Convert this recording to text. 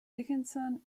dickinson